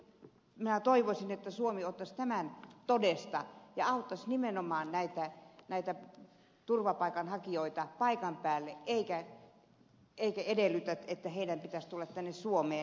minä toivoisin että suomi ottaisi tämän todesta ja auttaisi nimenomaan näitä turvapaikanhakijoita paikan päällä eikä edellyttäisi että heidän pitäisi tulla tänne suomeen